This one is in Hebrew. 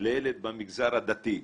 לילד במגזר הדתי,